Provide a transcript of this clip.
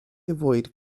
avoid